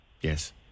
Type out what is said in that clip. Yes